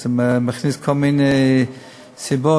הוא מכניס כל מיני סיבות,